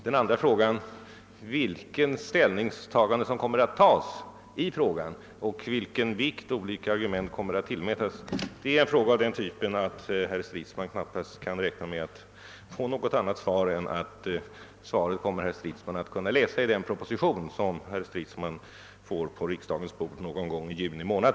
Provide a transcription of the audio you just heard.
Den andra frågan — vilket ställningstagande som kommer att göras i frågan och vilken vikt olika faktorer kommer att tillmätas — är av den typen att herr Stridsman inte kan räkna med att få något annat svar än att han kommer att kunna få besked härom i den proposition, som kommer att läggas på riksdagens bord någon gång i juni månad.